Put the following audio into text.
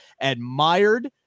admired